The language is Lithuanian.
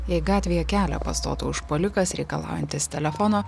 jei gatvėje kelią pastotų užpuolikas reikalaujantis telefono